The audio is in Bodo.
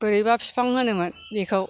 बोरैबा बिफां होनोमोन बेखौ